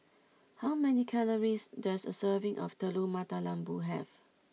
how many calories does a serving of Telur Mata Lembu have